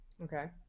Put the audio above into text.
Okay